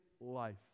life